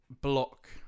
Block